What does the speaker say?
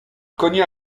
cogna